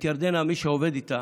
ירדנה, מי שעובד איתה,